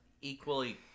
equally